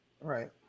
Right